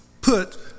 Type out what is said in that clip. put